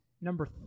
number